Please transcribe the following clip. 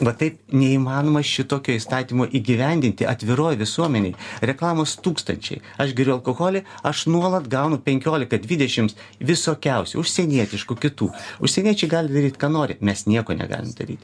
va taip neįmanoma šitokio įstatymo įgyvendinti atviroj visuomenėj reklamos tūkstančiai aš geriu alkoholį aš nuolat gaunu penkiolika dvidešimts visokiausių užsienietiškų kitų užsieniečiai gali daryt ką nori mes nieko negalim daryt